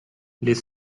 les